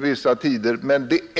blivit tränade i att uttrycka sig.